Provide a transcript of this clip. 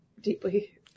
deeply